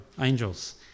angels